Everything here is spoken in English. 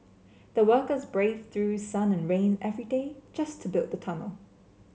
the workers braved through sun and rain every day just to build the tunnel